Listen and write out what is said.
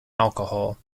alcohol